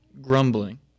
grumbling